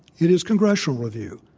it is congressional review.